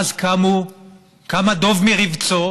ואז קם הדוב מרבצו,